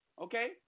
Okay